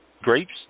grapes